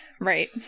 Right